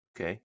Okay